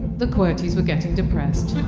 the qwertys were getting depressed